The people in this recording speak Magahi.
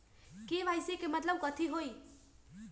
के.वाई.सी के मतलब कथी होई?